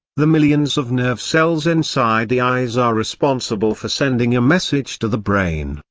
the millions of nerve cells inside the eyes are responsible for sending a message to the brain,